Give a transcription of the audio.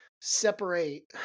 separate